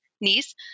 niece